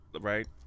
right